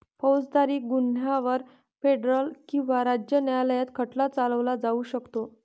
फौजदारी गुन्ह्यांवर फेडरल किंवा राज्य न्यायालयात खटला चालवला जाऊ शकतो